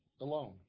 alone